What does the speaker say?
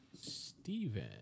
Steven